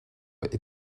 est